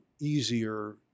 easier